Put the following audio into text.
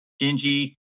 dingy